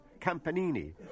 Campanini